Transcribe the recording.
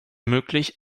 möglich